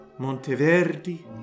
Monteverdi